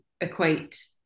equate